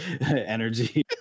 energy